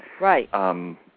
right